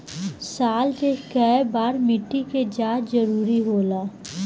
साल में केय बार मिट्टी के जाँच जरूरी होला?